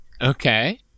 Okay